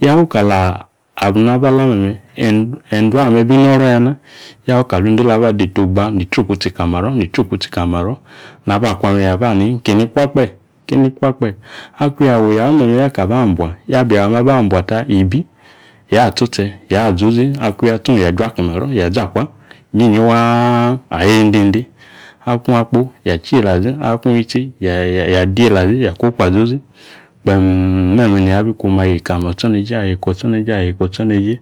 Yafu kala abrino aba lame̱me̱, en endiame bino̱rọ yana. Yafu kali indola aba deta ogba, nitri kutsi kali maro̱, nitri kutsi kali maro̱. Naba kwame yabani ki eni kwa kpe̱, ki eni kwa kpe̱. Akuna yawu, ya o̱meme ya kaba mbua, ya bi yawa ame aba mbuata ibi, yaa tsotse̱ yaa zozi. Akung yatsong, ya ju akimaro̱, ya zi akwa, inyiyi waaa aya endende. Akung akpo ya cheela azi, akung yitsi ya ya diyeela azi, ya kwo̱kwo̱ aziozi, kpeeem me̱me̱ niabiku me̱ ayeka me̱ o̱tsoneje, ayeka otsoneje, ayeka otsoneje.